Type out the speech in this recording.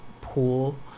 pool